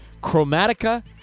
Chromatica